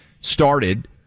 started